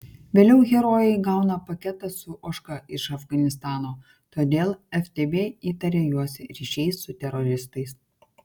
vėliau herojai gauna paketą su ožka iš afganistano todėl ftb įtaria juos ryšiais su teroristais